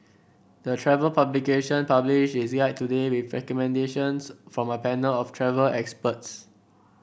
the travel publication published is there today with recommendations from a panel of travel experts